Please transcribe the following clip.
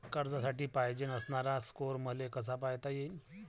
कर्जासाठी पायजेन असणारा स्कोर मले कसा पायता येईन?